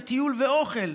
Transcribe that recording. טיול ואוכל.